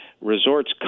resorts